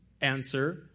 answer